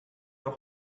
auch